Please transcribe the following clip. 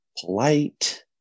polite